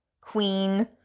queen